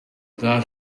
that